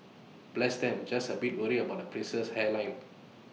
bless them just A bit worried about the prince's hairline